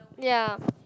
ya